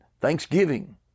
thanksgiving